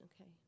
Okay